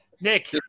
Nick